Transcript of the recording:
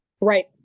Right